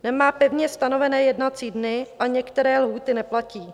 Nemá pevně stanovené jednací dny a některé lhůty neplatí.